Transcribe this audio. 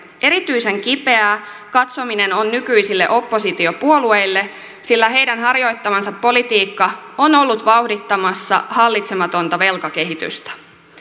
erityisen kipeää katsominen on nykyisille oppositiopuolueille sillä heidän harjoittamansa politiikka on ollut vauhdittamassa hallitsematonta velkakehitystä